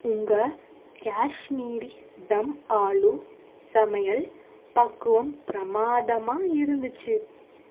உங்கள் காஷ்மீரி தம் ஆலு சமையல் பக்குவம் பிரம்மாதமாக இருந்துச்சு